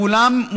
ואולם,